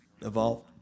evolve